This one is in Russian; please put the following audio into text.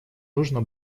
нужно